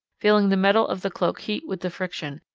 feeling the metal of the cloak heat with the friction,